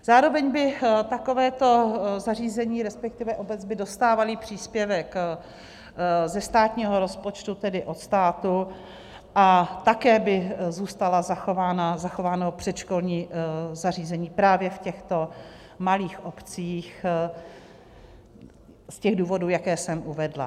Zároveň by takováto zařízení, respektive obec, dostávala příspěvek ze státního rozpočtu, tedy od státu, a také by zůstalo zachováno předškolní zařízení právě v těchto malých obcích z těch důvodů, jaké jsem uvedla.